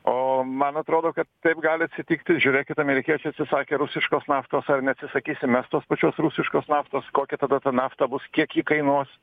o man atrodo kad taip gali atsitikti žiūrėkit amerikiečiai atsisakė rusiškos naftos ar neatsisakysim mes tos pačios rusiškos naftos kokia tada ta nafta bus kiek ji kainuos